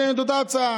הבאנו את אותה הצעה.